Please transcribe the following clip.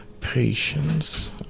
patience